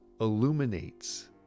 illuminates